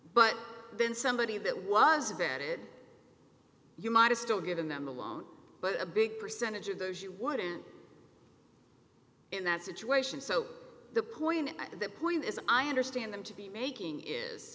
but then somebody that was vetted you might have still given them a loan but a big percentage of those you wouldn't in that situation so the point at that point as i understand them to be making is